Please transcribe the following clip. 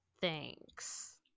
thanks